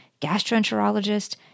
gastroenterologist